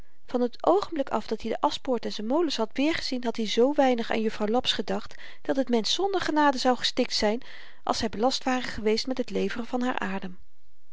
van t oogenblik af dat-i de aschpoort en z'n molens had weergezien had i zoo weinig aan juffrouw laps gedacht dat t mensch zonder genade zou gestikt zyn als hy belast ware geweest met het leveren van haar adem